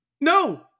no